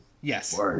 Yes